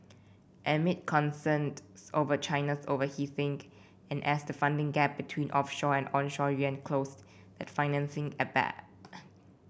amid concerned over China's overheating and as the funding gap between offshore and onshore yuan closed that financing ebbed